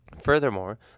Furthermore